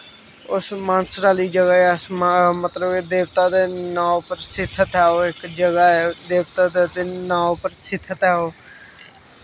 उस मानसर आह्ली जगह ही अस मा मतलब देवता दे नांऽ उप्पर स्थित ऐ ओह् इक जगह ऐ देवता दे नांऽ उप्पर स्थित ऐ ओह्